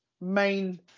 main